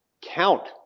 count